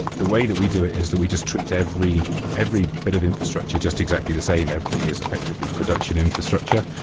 the way that we do is that we just treat every every bit of infrastructure just exactly the same. everything is effectively production infrastructure.